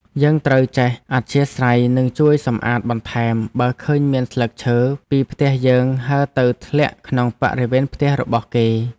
យើងត្រូវចេះអធ្យាស្រ័យនិងជួយសម្អាតបន្ថែមបើឃើញមានស្លឹកឈើពីផ្ទះយើងហើរទៅធ្លាក់ក្នុងបរិវេណផ្ទះរបស់គេ។